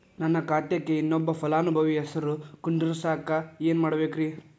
ನನ್ನ ಖಾತೆಕ್ ಇನ್ನೊಬ್ಬ ಫಲಾನುಭವಿ ಹೆಸರು ಕುಂಡರಸಾಕ ಏನ್ ಮಾಡ್ಬೇಕ್ರಿ?